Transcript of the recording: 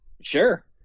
sure